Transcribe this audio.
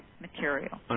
material